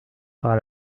par